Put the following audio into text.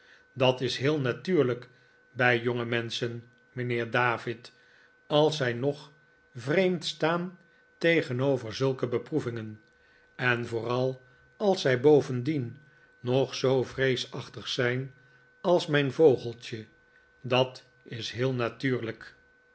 dat is heel natuurlijk bij jonge menschen mijnheer david als zij nog vreemd staan tegenover zulke beproevingen en vooral als zij bovendien nog zoo vreesachtig zijn als mijn vogeltje dat is heel natuurlijk